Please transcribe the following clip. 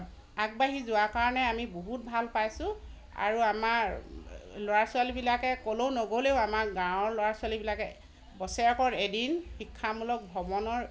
আগবাঢ়ি যোৱা কাৰণে আমি বহুত ভাল পাইছোঁ আৰু আমাৰ ল'ৰা ছোৱালীবিলাকে ক'লৈ নগ'লেও আমাৰ গাঁৱৰ ল'ৰা ছোৱালীবিলাকে বছৰেকৰ এদিন শিক্ষামূলক ভ্ৰমণৰ